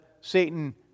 Satan